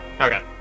Okay